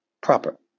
proper